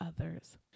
others